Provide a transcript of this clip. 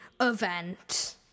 event